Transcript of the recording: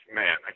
man